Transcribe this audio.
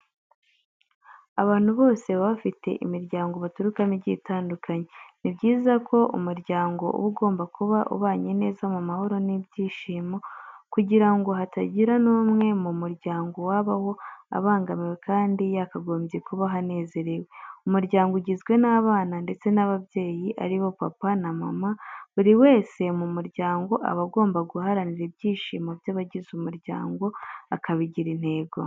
Abantu bose baba bafite imiryango baturukamo igiye itandukanye. Ni byiza ko umuryango uba ugomba kuba ubanye neza mu mahoro n'ibyishimo kugira ngo hatagira n'umwe mu muryango wabaho abangamiwe kandi yakagombye kubaho anezerewe. Umuryango ugize n'abana ndetse n'abayeyi, ari bo papa na mama. Buri wese mu muryango aba agomba guharanira ibyishimo by'abagize umuryango akabigira intego.